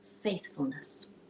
faithfulness